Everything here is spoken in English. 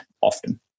often